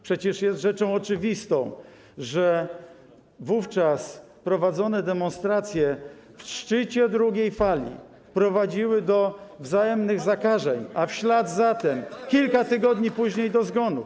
Przecież jest rzeczą oczywistą, że wówczas organizowane demonstracje, w szczycie drugiej fali, prowadziły do wzajemnych zakażeń, a w ślad za tym, kilka tygodni później, do zgonów.